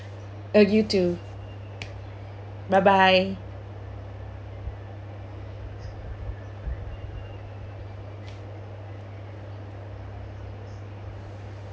uh you too bye bye